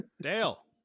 Dale